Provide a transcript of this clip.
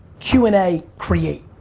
q and a, create.